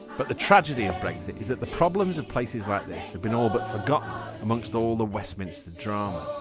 but the tragedy of brexit is that the problems of places like this have been all but forgotten amongst all the westminster drama.